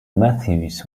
matthews